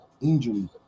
injury